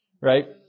right